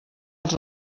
els